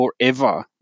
forever